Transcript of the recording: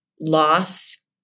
loss